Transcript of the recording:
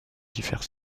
diffère